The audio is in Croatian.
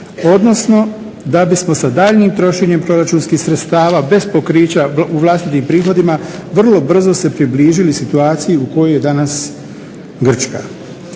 odnosno da bismo sa daljnjim trošenjem proračunskih sredstava bez pokrića u vlastiti prihodima vrlo brzo se približili u situaciji u kojoj je danas Grčka.